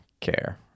care